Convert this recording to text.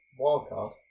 wildcard